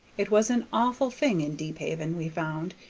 it was an awful thing in deephaven, we found,